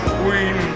queen